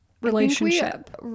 relationship